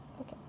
okay